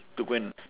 to go and